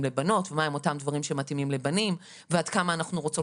לבנות ומה הם אותם הדברים שמתאימים לבנים ועד כמה אנחנו רוצות